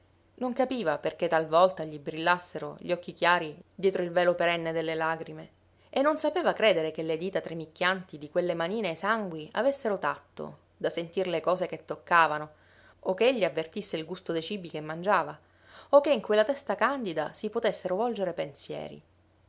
non capiva perché talvolta gli brillassero gli occhi chiari dietro il velo perenne delle lagrime e non sapeva credere che le dita tremicchianti di quelle manine esangui avessero tatto da sentir le cose che toccavano o ch'egli avvertisse il gusto dei cibi che mangiava o che in quella testa candida si potessero volgere pensieri